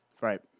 Right